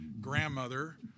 grandmother